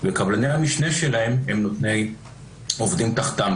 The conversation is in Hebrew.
וקבלני המשנה שלהן עובדים תחתן,